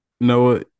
Noah